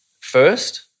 first